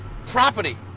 Property